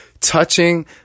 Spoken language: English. touching